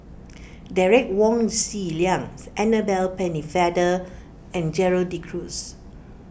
Derek Wong Zi Liang Annabel Pennefather and Gerald De Cruz